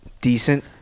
decent